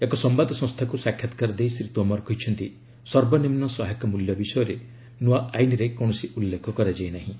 ଏକ ସମ୍ଭାଦ ସଂସ୍ଥାକୁ ସାକ୍ଷାତ୍କାର ଦେଇ ଶ୍ରୀ ତୋମାର କହିଛନ୍ତି ସର୍ବନିମ୍ନ ସହାୟକ ମୂଲ୍ୟ ବିଷୟରେ ନୂଆ ଆଇନ୍ରେ କୌଣସି ଉଲ୍ଲେଖ କରାଯାଇନାହିଁ